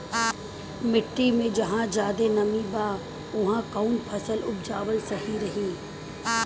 मिट्टी मे जहा जादे नमी बा उहवा कौन फसल उपजावल सही रही?